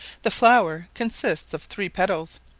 the flower consists of three petals,